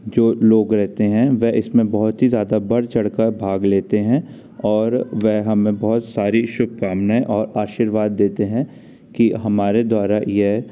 जो लोग रहते हैं वह इसमें बहुत ही ज़्यादा बढ़ चढ़ कर भाग लेते हैं और वह हमें बहुत सारी शुभकामनाएँ और आशीर्वाद देते हैं कि हमारे द्वारा यह